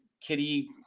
kitty